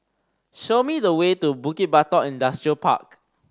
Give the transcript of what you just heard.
show me the way to Bukit Batok Industrial Park